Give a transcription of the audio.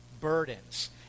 burdens